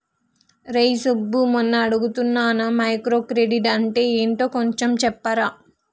రేయ్ సబ్బు మొన్న అడుగుతున్నానా మైక్రో క్రెడిట్ అంటే ఏంటో కొంచెం చెప్పరా